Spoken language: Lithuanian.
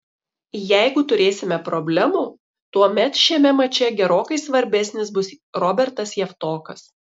jeigu turėsime problemų tuomet šiame mače gerokai svarbesnis bus robertas javtokas